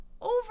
over